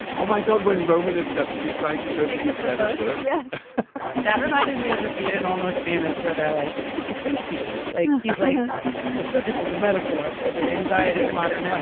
oh my god when roman is desperately trying to show you. yeah but yeah that reminded me of the scene in almost famous where they're like it's a think piece like the circus is a metaphor for the anxiety of modern life.